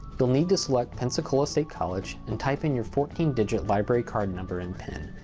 youll need to select pensacola state college, and type in your fourteen digit library card number and pin.